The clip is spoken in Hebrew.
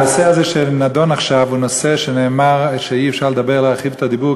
הנושא הזה שנדון עכשיו הוא נושא שאי-אפשר להרחיב את הדיבור עליו,